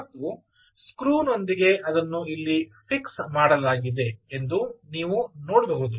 ಮತ್ತು ಸ್ಕ್ರೂ ನೊಂದಿಗೆ ಅದನ್ನು ಇಲ್ಲಿ ಫಿಕ್ಸ್ ಮಾಡಲಾಗಿದೆ ಎಂದು ನೀವು ನೋಡಬಹುದು